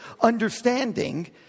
understanding